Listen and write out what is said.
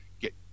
get